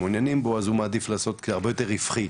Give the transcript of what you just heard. עבריינים יש לי בעיר בלחיצת כפתור יש פחות